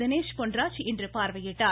தினேஷ் பொன்ராஜ் இன்று பார்வையிட்டார்